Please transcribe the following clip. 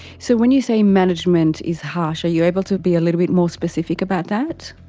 so when you say management is harsh are you able to be a little bit more specific about that?